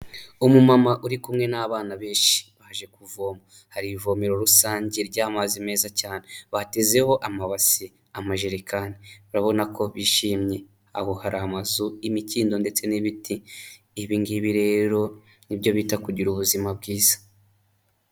Umumama uri kumwe n'abana benshi, baje kuvoma, hari ivomero rusange ry'amazi meza cyane, batezeho amabasi, amajerekani, urabona ko bishimye. Aho hari amazu, imikindo ndetse n'ibiti, ibi ngibi rero nibyo bita kugira ubuzima bwiza.